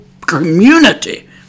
community